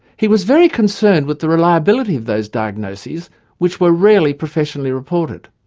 he was very concerned with the reliability of those diagnoses which were rarely professionally reported.